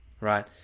right